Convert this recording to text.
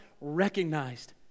recognized